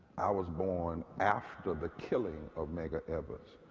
i was born after the killing of meg a everest.